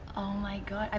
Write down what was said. my god,